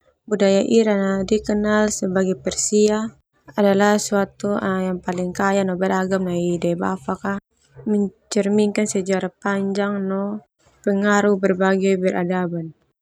Budaya Iran na dikenal sebagai Persia adalah suatu yang paling kaya no beragam nai daebafak ka mencerminkan sejarah panjang no pengaruh berbagai peradaban.